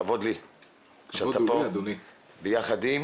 כבוד לי שאתה פה ביחד עם